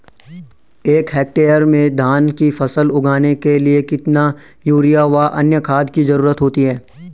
एक हेक्टेयर में धान की फसल उगाने के लिए कितना यूरिया व अन्य खाद की जरूरत होती है?